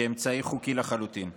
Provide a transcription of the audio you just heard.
כאמצעי חוקי לחלוטין.